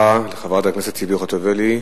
תודה לחברת הכנסת ציפי חוטובלי.